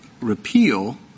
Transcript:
repeal